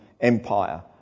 empire